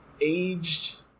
aged